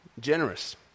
generous